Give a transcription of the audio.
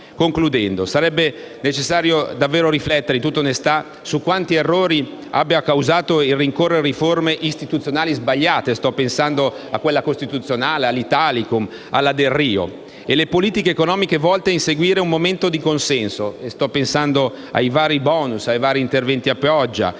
Concludendo, sarebbe necessario riflettere, in tutta onestà, su quanti errori abbia causato il rincorrere riforme istituzionali sbagliate (sto pensando alla riforma costituzionale, all'Italicum o alla riforma Delrio) e politiche economiche volte ad inseguire un momentaneo consenso (sto pensando ai vari *bonus*, ai vari interventi a pioggia